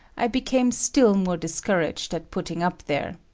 i became still more discouraged at putting up there.